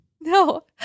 No